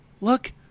Look